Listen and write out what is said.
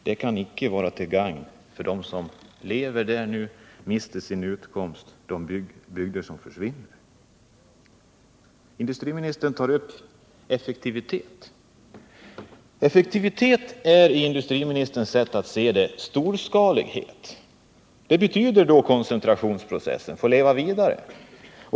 Detta kan icke vara till gagn för de människor som lever i det här området och som nu mister sin utkomst eller för de bygder som försvinner. Industriministern tar upp frågan om effektivitet. Effektivitet är med industriministerns sätt att se detsamma som storskalighet. Ett sådant synsätt innebär att koncentrationsprocessen får leva vidare.